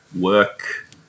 work